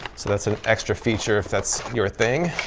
so that's an extra feature if that's your thing.